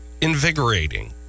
invigorating